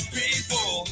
people